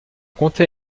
comté